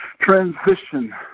Transition